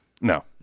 No